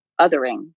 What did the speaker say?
othering